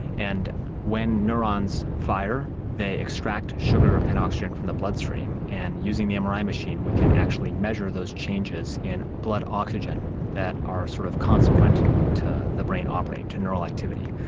and when neurons fire they extract sugar and oxygen from the bloodstream, and using the mri machine we can actually measure those changes in blood oxygen that are sort of consequent to the brain operating, to neural activity.